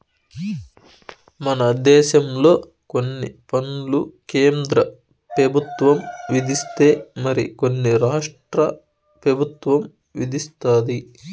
మన దేశంలో కొన్ని పన్నులు కేంద్ర పెబుత్వం విధిస్తే మరి కొన్ని రాష్ట్ర పెబుత్వం విదిస్తది